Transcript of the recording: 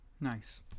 Nice